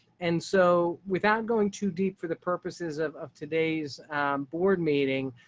and so without going too deep for the purposes of of today's board meeting,